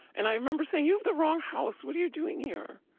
and i remember saying, you have the wrong house. what are you doing here?